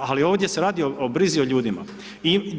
ali ovdje se radi o brizi o ljudima.